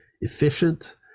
efficient